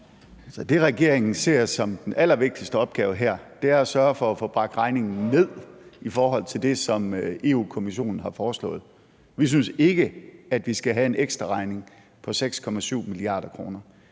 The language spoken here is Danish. Det, regeringen ser som den allervigtigste opgave her, er at sørge for at få bragt regningen ned i forhold til det, som Europa-Kommissionen har foreslået. Vi synes ikke, at vi skal have en ekstraregning på 6,7 mia. kr.